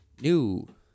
new